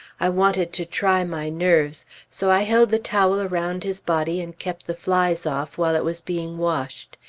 i wanted to try my nerves so i held the towel around his body and kept the flies off while it was being washed.